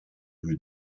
rue